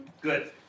Good